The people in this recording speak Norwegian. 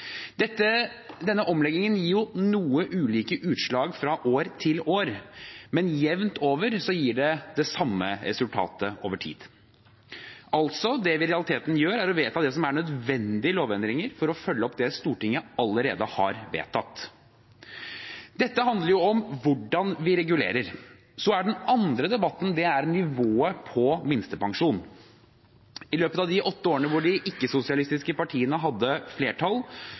Denne omleggingen gir noe ulike utslag fra år til år, men jevnt over gir det det samme resultatet over tid. Altså: Det vi i realiteten gjør, er å vedta det som er nødvendige lovendringer for å følge opp det Stortinget allerede har vedtatt. Dette handler om hvordan vi regulerer, og så er den andre debatten nivået på minstepensjon. I løpet av de åtte årene hvor de ikke-sosialistiske partiene hadde flertall,